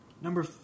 Number